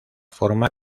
forma